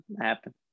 happen